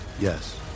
Yes